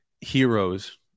heroes